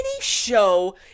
show